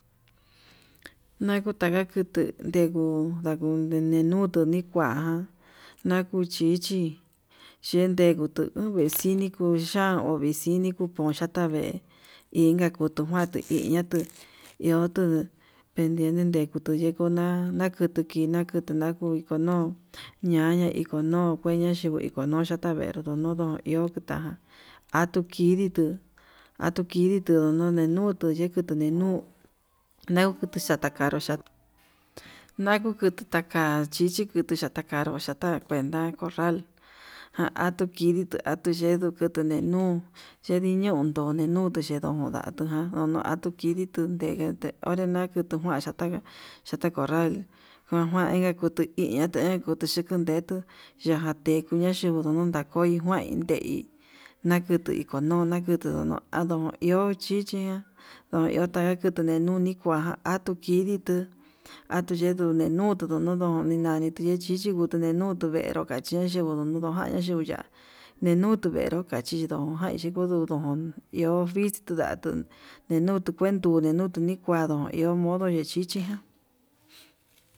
Nakukata ngutu ndeguu ndene nutuu nikua, nakuu chichi chende kutuu nanguexiniko uya'a uvexini kuko'o uu yata vee inka kutu kuatu iña'a iho tuu pendiente ndekutu yekona nakutu kii nakuu no'o ñaña iko no'o okueña yuu ono iko yuu yenro yunoro iho kuta, atuu kidii tu atuu kiditu udenutu yeko tunenu leu kunro yatakanró cha'a nakuku taka chikutu chatakanró yata kuenta corral, jan atuu kiditu atuu yendu tunenu yendi ñon ndonenutu xhendu undatu ján nono atu kidi ndude kenre odenu tu kuan kata'a chata corral, koo njuan iin kutu iin ñatan kutu xhikundetu yajateku ñayundu nuu nakoi njuain ndei, nakutu ikonón nakutu iha chichi ndo iho katuu ninuni kua, atuu kidii tuu tuyetu ninutu yuno'o ndon ndinani ye'e tichi uu tuu ninutu venru ka'a chen kudunaña yee ya'a nenutu venró kachí ndonjan chikondu iho vixtu ndatuu ndendutu nikude nendutu nii kuandu vechichi.